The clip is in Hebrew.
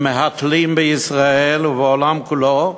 הם מהתלים בישראל ובעולם כולו,